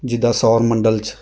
ਜਿੱਦਾਂ ਸੌਰ ਮੰਡਲ 'ਚ